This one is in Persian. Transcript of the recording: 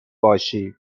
باشی